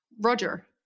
Roger